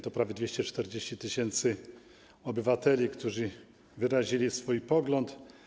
To prawie 240 tys. obywateli, którzy wyrazili swój pogląd.